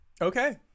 Okay